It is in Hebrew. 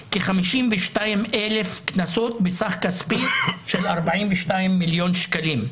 כ-52,000 קנסות בסך כספי של 42 מיליון שקלים.